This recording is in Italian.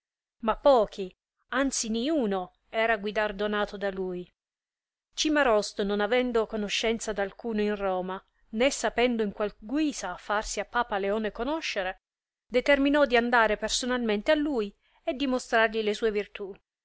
ma pochi anzi niuno scerà guidardonato da lui cimarosto non avendo conoscenza d alcuno in roma né sapendo in qual guisa farsi a papa leone conoscere determinò di andare personalmente a lui e dimostrargli le sue virtù